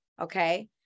okay